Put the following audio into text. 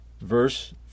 Verse